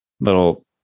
little